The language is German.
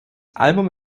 album